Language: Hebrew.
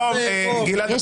באיזשהו שלב?